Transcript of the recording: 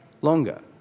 longer